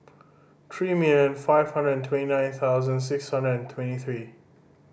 three million five hundred and twenty nine thousand six hundred and twenty three